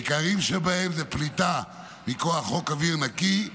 העיקריים שבהם הם פליטה מכוח חוק אוויר נקי,